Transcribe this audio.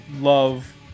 love